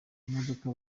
imodoka